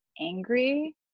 angry